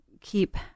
keep